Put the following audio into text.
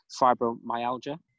fibromyalgia